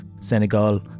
Senegal